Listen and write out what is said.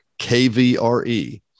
KVRE